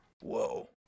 Whoa